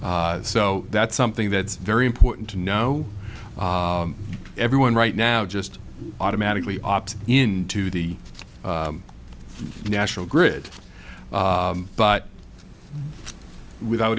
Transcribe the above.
so that's something that's very important to know everyone right now just automatically opt in to the national grid but without